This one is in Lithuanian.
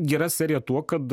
gera serija tuo kad